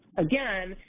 again,